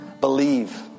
believe